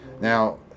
Now